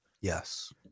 Yes